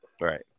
Right